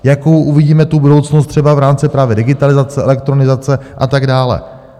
Jakou vidíme budoucnost třeba v rámci právě digitalizace, elektronizace a tak dále.